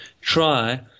try